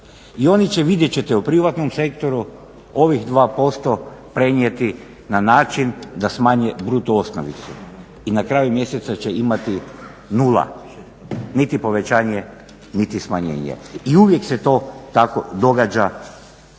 I oni će vidjet ćete u privatnom sektoru ovih 2% prenijeti na način da smanje bruto osnovicu i na kraju mjeseca će imati nula, niti povećanje, niti smanjenje. I uvijek se to tako događa